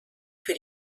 für